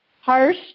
Harsh